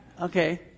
Okay